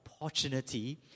opportunity